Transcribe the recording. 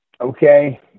okay